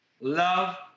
Love